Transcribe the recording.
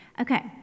Okay